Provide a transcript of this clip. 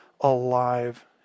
alive